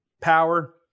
power